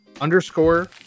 underscore